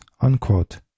unquote